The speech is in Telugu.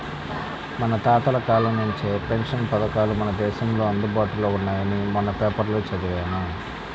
మన తాతల కాలం నుంచే పెన్షన్ పథకాలు మన దేశంలో అందుబాటులో ఉన్నాయని మొన్న పేపర్లో చదివాను